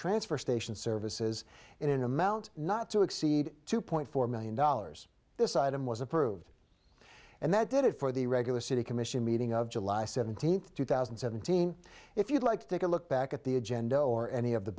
transfer station services in an amount not to exceed two point four million dollars this item was approved and that did it for the regular city commission meeting of july seventeenth two thousand and seventeen if you'd like to take a look back at the agenda or any of the